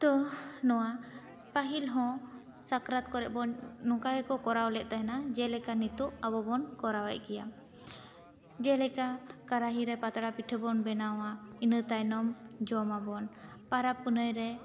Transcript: ᱛᱚ ᱱᱚᱣᱟ ᱯᱟᱹᱦᱤᱞ ᱦᱚᱸ ᱥᱟᱠᱨᱟᱛ ᱠᱚᱨᱮᱵᱚᱱ ᱱᱚᱝᱠᱟ ᱜᱮᱠᱚ ᱠᱚᱨᱟᱣ ᱞᱮᱫ ᱛᱟᱦᱮᱱᱟ ᱢᱮ ᱞᱮᱠᱟ ᱱᱤᱛᱚᱜ ᱟᱵᱚ ᱵᱚᱱ ᱠᱚᱨᱟᱣ ᱮᱫ ᱜᱮᱭᱟ ᱡᱮ ᱞᱮᱠᱟ ᱠᱟᱨᱟᱦᱤ ᱨᱮ ᱯᱟᱛᱲᱟ ᱯᱤᱴᱷᱟᱹ ᱵᱚᱱ ᱵᱮᱱᱟᱣᱟ ᱤᱱᱟᱹ ᱛᱟᱭᱱᱚᱢ ᱡᱚᱢ ᱟᱵᱚᱱ ᱯᱟᱨᱟᱵᱽ ᱯᱩᱱᱟᱹᱭ ᱨᱮ